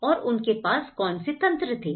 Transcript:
और उनके पास कौन से तंत्र थे